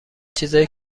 چیزای